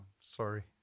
sorry